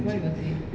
what was it